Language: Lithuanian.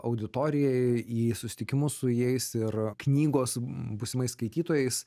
auditorijai į susitikimus su jais ir knygos mm būsimais skaitytojais